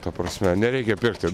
ta prasme nereikia pirkti